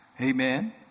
Amen